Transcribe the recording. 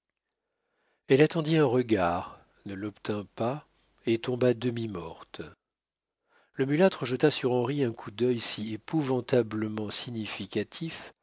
elle attendit un regard ne l'obtint pas et tomba demi-morte le mulâtre jeta sur henri un coup d'œil si épouvantablement significatif